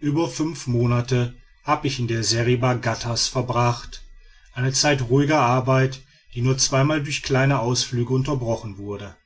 über fünf monate habe ich in der seriba ghattas verbracht eine zeit ruhiger arbeit die nur zweimal durch kleine ausflüge unterbrochen wurde